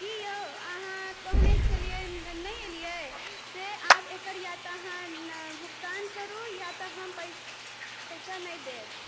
की यौ अहाँ कहने छलियै नहि एलियै से आब एकर या तऽ अहाँ भुगतान करू या तऽ हम पैसा नहि देब